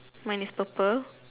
mine is purple